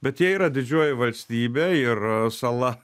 bet jie yra didžioji valstybė ir sala